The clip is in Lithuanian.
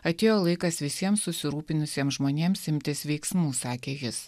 atėjo laikas visiems susirūpinusiems žmonėms imtis veiksmų sakė jis